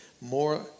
more